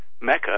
Mecca